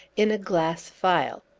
in a glass phial.